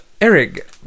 Eric